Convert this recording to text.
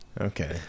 Okay